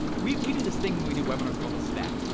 we we do this thing when we do webinars called the stack.